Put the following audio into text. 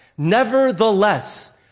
Nevertheless